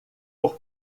por